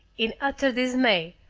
in utter dismay,